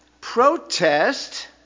Protest